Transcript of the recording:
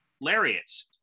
lariats